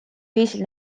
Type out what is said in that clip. viisil